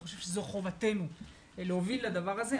אני חושב שזו חובתנו להוביל לדבר הזה.